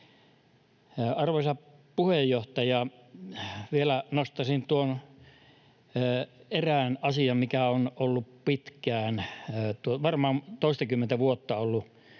Arvoisa puheenjohtaja! Vielä nostaisin tuon erään asian, mikä on ollut pitkään, varmaan toistakymmentä vuotta: